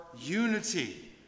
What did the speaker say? unity